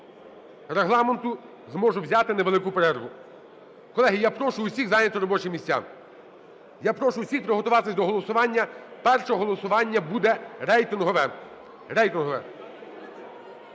Регламенту зможу взяти невелику перерву. Колеги, я прошу всіх зайняти робочі місця. Я прошу всіх приготуватись до голосування. Перше голосування буде рейтингове,